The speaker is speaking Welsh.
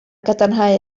gadarnhau